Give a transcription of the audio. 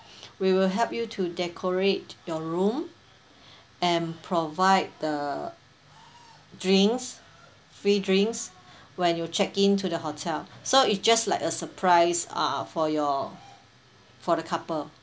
we will help you to decorate your room and provide the drinks free drinks when you check into the hotel so it's just like a surprise uh for your for the couple